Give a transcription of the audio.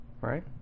right